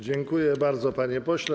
Dziękuję bardzo, panie pośle.